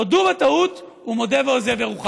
תודו בטעות, ומודה ועוזב ירוחם.